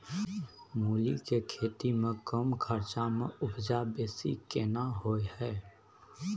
मूली के खेती में कम खर्च में उपजा बेसी केना होय है?